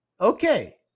okay